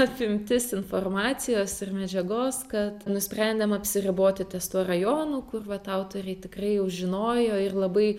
apimtis informacijos ir medžiagos kad nusprendėm apsiriboti ties tuo rajonu kur vat autoriai tikrai jau žinojo ir labai